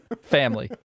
Family